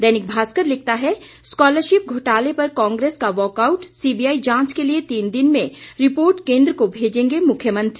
दैनिक भास्कर लिखता है स्कॉलरशिप घोटाले पर कांग्रेस का वॉकआउट सीबीआई जांच के लिए तीन दिन में रिपोर्ट केंद्र को भेजेंगे मुख्यमंत्री